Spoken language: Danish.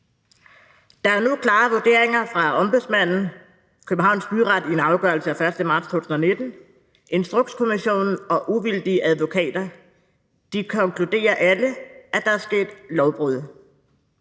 Der er nu klare vurderinger fra Ombudsmanden, Københavns Byret i en afgørelse af 1. marts 2019, Instrukskommissionen og uvildige advokater. De konkluderer alle, at der er sket lovbrud.